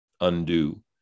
undo